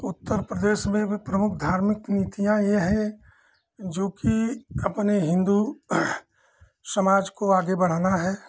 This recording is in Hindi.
उत्तर प्रदेश में प्रमुख धार्मिक नीतियाँ यह हैं जोकि अपने हिन्दू समाज को आगे बढ़ाना है